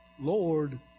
Lord